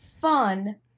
fun